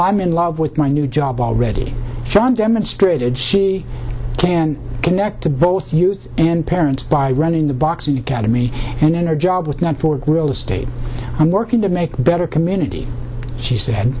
i'm in love with my new job already demonstrated she can connect to both you and parents by running the boxing academy and in our job with not for real estate i'm working to make a better community she said